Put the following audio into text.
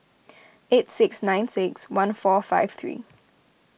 eight six nine six one four five three